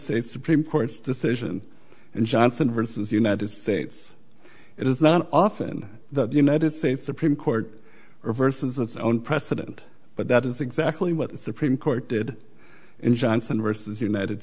states supreme court's decision and johnson versus united states it is not often that the united states supreme court reverses it's own precedent but that is exactly what the supreme court did in johnson versus united